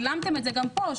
גילמתם את זה גם פה,